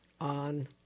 on